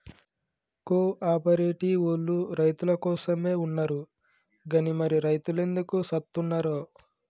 కో ఆపరేటివోల్లు రైతులకోసమే ఉన్నరు గని మరి రైతులెందుకు సత్తున్నరో